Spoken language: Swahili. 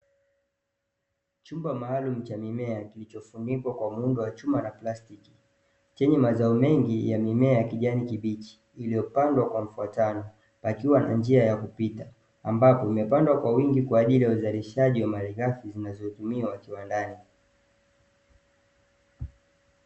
Chumba maalumu cha mimea, kilichofunikwa kwa muundo wa chuma na plastiki, chenye mazao mengi ya mimea ya kijani kibichi, iliyopandwa kwa mfuatano, pakiwa na njia ya kupita, ambapo imepandwa kwa wingi kwa ajili ya uzalishaji wa malighafi zinazotumiwa kiwandani.